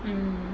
mm